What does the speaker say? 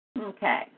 Okay